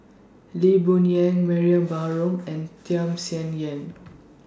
Lee Boon Yang Mariam Baharom and Tham Sien Yen